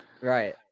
Right